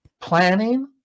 Planning